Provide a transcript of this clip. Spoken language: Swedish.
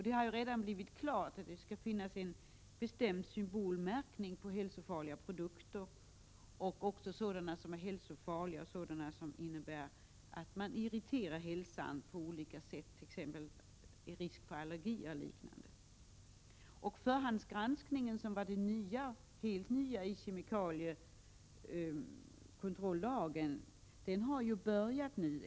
Det har redan nu slagits fast att det skall finnas en bestämd symbolmärkning på hälsofarliga produkter, även sådana som ger upphov till irritationer i form av allergiska besvär och liknande. Vidare har förhandsgranskningen, som var det helt nya i kemikaliekontrollagen, påbörjats.